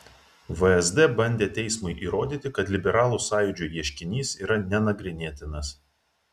vsd bandė teismui įrodyti kad liberalų sąjūdžio ieškinys yra nenagrinėtinas